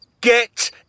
get